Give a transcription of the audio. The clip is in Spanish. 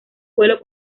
vuelo